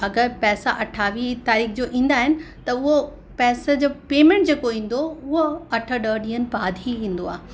अगरि पैसा अठावीह तारीख़ जो ईंदा आहिनि त उहो पैसे जो पेमेंट जेको ईंदो उहो अठ ॾह ॾींहं बाद ही ईंदो आहे